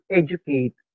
educate